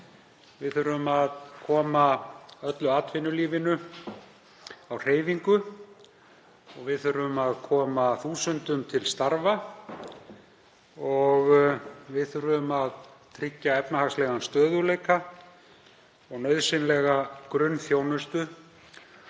Við þurfum að koma öllu atvinnulífinu á hreyfingu. Við þurfum að koma þúsundum til starfa og við þurfum að tryggja efnahagslegan stöðugleika og nauðsynlega grunnþjónustu